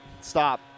Stop